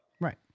Right